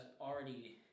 already